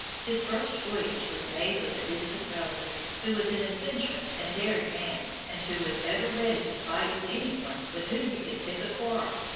his first voyage was made with a distant relative, who was an adventurous and daring man, and who was ever ready to fight with any one with whom he could pick a quarrel.